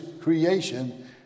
creation